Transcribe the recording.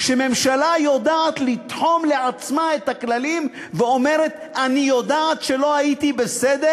שממשלה יודעת לתחום לעצמה את הכללים ואומרת: אני יודעת שלא הייתי בסדר,